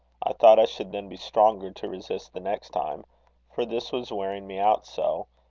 i thought i should then be stronger to resist the next time for this was wearing me out so,